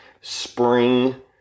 spring